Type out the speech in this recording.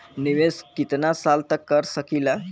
निवेश कितना साल तक कर सकीला?